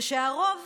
הרוב,